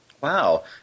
Wow